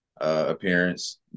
appearance